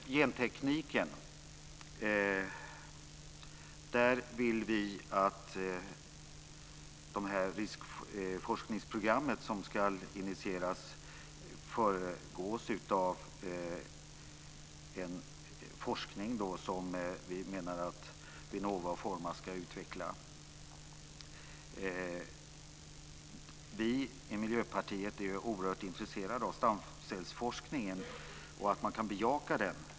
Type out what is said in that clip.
Vad gäller genteknik vill vi att ett riskforskningsprogram ska initieras av Vinnova och Formas. Vi i Miljöpartiet är oerhört intresserade av stamcellsforskningen och menar att man kan bejaka den.